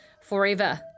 forever